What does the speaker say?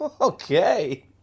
Okay